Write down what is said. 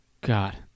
God